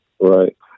Right